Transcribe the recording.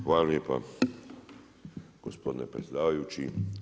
Hvala lijepa gospodine predsjedavajući.